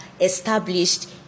established